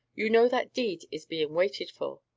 you know that deed is being waited for.